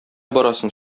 барасың